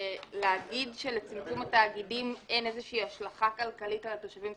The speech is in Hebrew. להגיד שלצמצום התאגידים אין איזושהי השלכה כלכלית על התושבים,